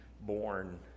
born